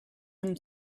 and